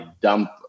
dump